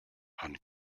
and